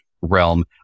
realm